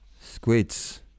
squids